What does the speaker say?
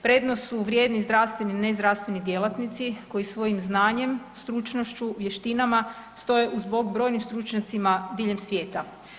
Prednost su vrijedni zdravstveni i nezdravstveni djelatnici koji svojim znanjem, stručnošću, vještinama stoje uz bok brojnim stručnjacima diljem svijeta.